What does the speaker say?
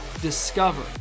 discover